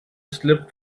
slipped